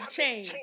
change